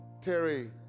Terry